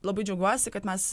labai džiaugiuosi kad mes